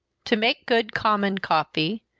to make good common coffee,